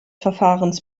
verfahrens